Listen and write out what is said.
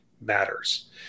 matters